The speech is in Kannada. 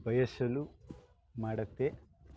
ಬಯಸಲು ಮಾಡುತ್ತೆ